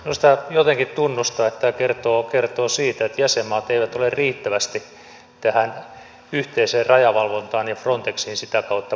minusta jotenkin tuntuu että tämä kertoo siitä että jäsenmaat eivät ole riittävästi tähän yhteiseen rajavalvontaan ja sitä kautta frontexiin panostaneet